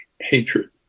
hatred